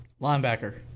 Linebacker